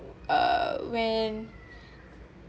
uh when